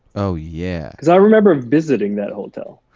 oh, yeah. cause i remember visiting that hotel.